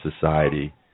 Society